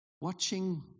watching